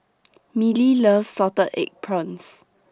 Mellie loves Salted Egg Prawns